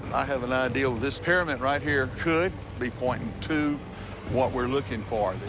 i have an idea this pyramid right here could be pointing to what we're looking for.